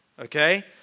okay